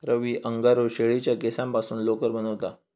रवी angora शेळीच्या केसांपासून लोकर बनवता